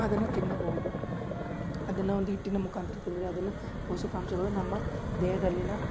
ಅದನ್ನು ತಿನ್ನಬೌದು ಅದನ್ನು ಒಂದು ಹಿಟ್ಟಿನ ಮುಖಾಂತರ ತಿಂದರೆ ಅದನ್ನು ಪೋಷಕಾಂಶಗಳು ನಮ್ಮ ದೇಹದಲ್ಲಿನ